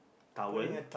towel